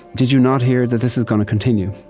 did you not hear that this is gonna continue?